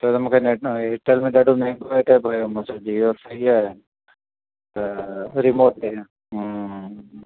त तव्हां मूंखे ने एरटेल में ॾाढो महांगो पियो पए मां चयो जीओ सही आहे त रिमोव कयां हूं